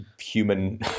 human